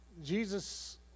Jesus